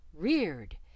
reared